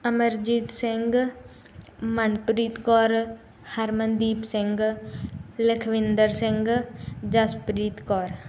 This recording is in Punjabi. ਅਮਰਜੀਤ ਸਿੰਘ ਮਨਪ੍ਰੀਤ ਕੌਰ ਹਰਮਨਦੀਪ ਸਿੰਘ ਲਖਵਿੰਦਰ ਸਿੰਘ ਜਸਪ੍ਰੀਤ ਕੌਰ